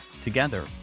Together